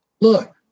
look